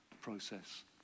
process